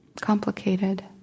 complicated